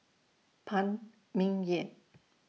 Phan Ming Yen